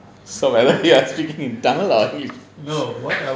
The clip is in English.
so are you speaking in tamil or are you